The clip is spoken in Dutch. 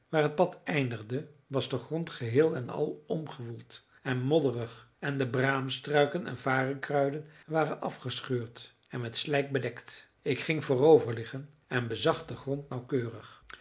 waar het pad eindigde was de grond geheel en al omgewoeld en modderig en de braamstruiken en varenkruiden waren afgescheurd en met slijk bedekt ik ging voorover liggen en bezag den grond nauwkeurig